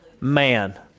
man